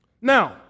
Now